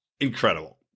Incredible